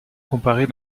comparés